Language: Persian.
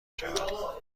شود